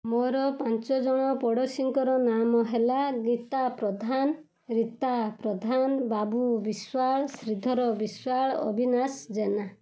ମୋର ପାଞ୍ଚଜଣ ପଡ଼ୋଶୀଙ୍କର ନାମହେଲା ଗୀତା ପ୍ରଧାନ ରିତା ପ୍ରଧାନ ବାବୁ ବିଶ୍ୱାଳ ଶ୍ରୀଧର ବିଶ୍ୱାଳ ଅବିନାଶ ଜେନା